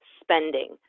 spending